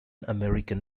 american